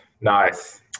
nice